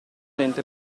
dente